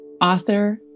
author